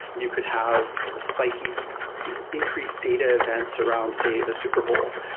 you could have spiky increased data events around, say the super bowl,